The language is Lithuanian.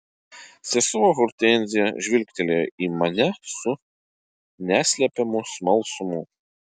sesuo hortenzija žvilgtelėjo į mane su neslepiamu smalsumu